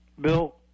Bill